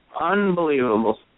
unbelievable